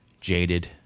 Jaded